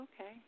okay